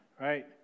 right